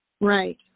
Right